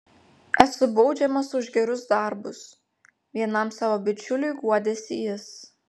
esu baudžiamas už gerus darbus vienam savo bičiuliui guodėsi jis